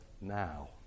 now